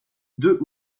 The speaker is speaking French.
deux